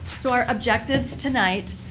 so, our objectives tonight,